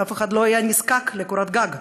אף אחד לא היה נזקק לקורת גג.